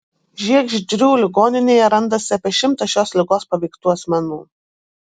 žiegždrių ligoninėje randasi apie šimtas šios ligos paveiktų asmenų